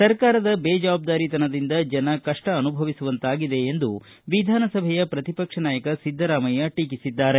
ಸರ್ಕಾರದ ಬೇಜವಾಬ್ದಾರಿತನದಿಂದ ಜನ ಕಷ್ಟ ಅನುಭವಿಸುವಂತಾಗಿದೆ ಎಂದು ವಿಧಾನಸಭೆ ಪ್ರತಿಪಕ್ಷ ನಾಯಕ ಸಿದ್ದರಾಮಯ್ತ ಟೀಕಿಸಿದ್ದಾರೆ